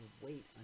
wait